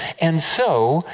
and so,